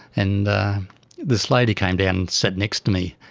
and this lady came down and sat next to me,